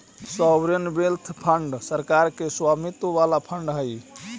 sovereign wealth fund सरकार के स्वामित्व वाला फंड हई